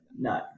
No